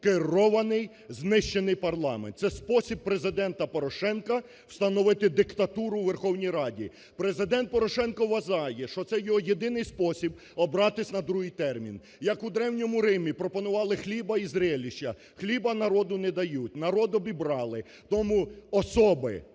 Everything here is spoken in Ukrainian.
керований, знищений парламент. Це спосіб Президента встановити диктатуру у Верховній Раді. Президент Порошенко вважає, що це його єдиний спосіб обратись на другий термін. Як у Древньому Римі пропонували хліба і зреліща, хліба народу не дають, народ обібрали, тому особи